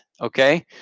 Okay